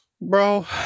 bro